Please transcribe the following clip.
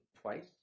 twice